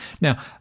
Now